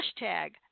hashtag